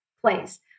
place